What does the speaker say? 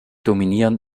dominieren